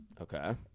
Okay